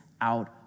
out